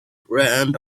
grand